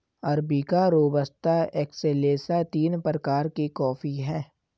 arabica robusta excelsa तीन प्रकार के कॉफी हैं